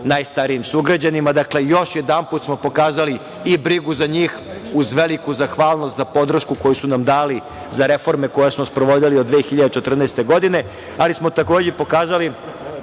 najstarijim sugrađanima. Dakle, još jedanput smo pokazali i brigu za njih uz veliku zahvalnost za podršku koju su nam dali za reforme koje smo sprovodili od 2014. godine, ali smo takođe pokazali